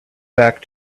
back